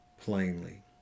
plainly